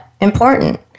important